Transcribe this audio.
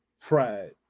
Pride